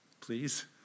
Please